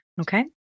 Okay